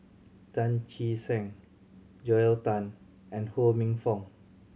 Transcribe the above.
Tan Che Sang Joel Tan and Ho Minfong